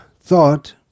thought